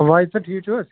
واحد صٲب ٹھیٖک چھُو حظ